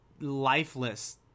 lifeless